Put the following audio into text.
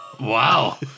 Wow